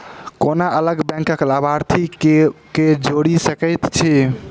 कोना अलग बैंकक लाभार्थी केँ जोड़ी सकैत छी?